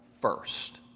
first